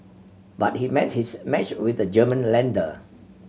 but he met his match with the German lender